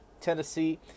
Tennessee